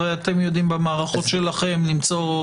הרי אתם יודעים במערכות שלכם למצוא,